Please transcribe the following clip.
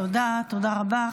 תודה, תודה רבה.